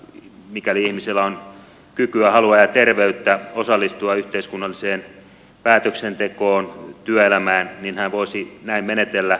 mikäli ihmisellä on kykyä halua ja terveyttä osallistua yhteiskunnalliseen päätöksentekoon työelämään niin hän voisi näin menetellä